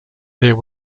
there